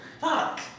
Fuck